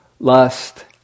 Lust